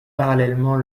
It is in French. parallèlement